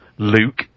Luke